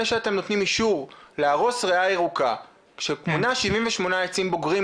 שאתם נותנים אישור להרוס ריאה ירוקה שמונה 78 עצים בוגרים,